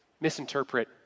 misinterpret